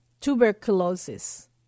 tuberculosis